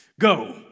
Go